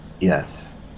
Yes